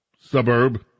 suburb